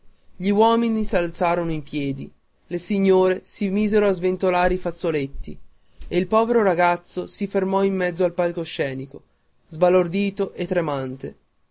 gli uomini s'alzarono in piedi le signore si misero a sventolare i fazzoletti e il povero ragazzo si fermò in mezzo al palcoscenico sbalordito e tremante